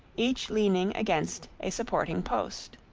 each leaning against a supporting post.